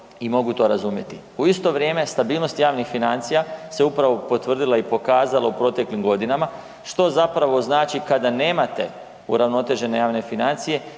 i mogu to razumjeti. U isto vrijeme stabilnost javnih financija se upravo potvrdila i pokazala u proteklim godinama, što zapravo znači kada nemate uravnotežene javne financije